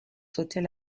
sauter